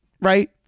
right